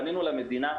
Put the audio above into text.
פנינו למדינה,